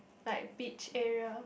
like beach area